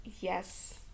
Yes